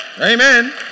Amen